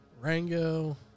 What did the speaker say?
Rango